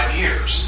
years